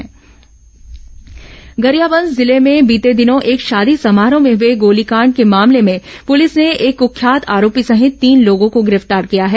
गोलीकांड मामला आरोपी गिरफ्तार गरियाबंद जिले में बीते दिनों एक शादी समारोह में हुए गोलीकांड के मामले में पुलिस ने एक कुख्यात आरोपी सहित तीन लोगों को गिरफ्तार किया है